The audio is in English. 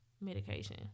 medication